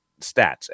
stats